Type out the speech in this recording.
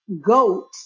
goat